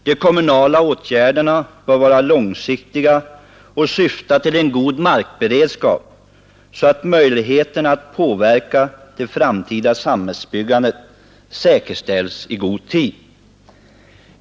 De kommunala åtgärderna bör vara långsiktiga och syfta till en god markberedskap så att möjligheterna att påverka det framtida samhällsbyggandet säkerställs i god tid.